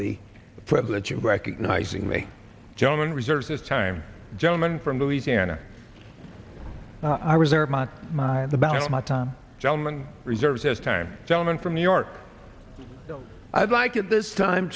the privilege of recognizing me german reserves this time gentleman from louisiana i reserve my mind about my time gentleman reserves his time gentleman from new york i'd like at this time